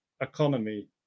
economy